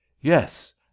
yes